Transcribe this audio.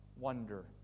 wonder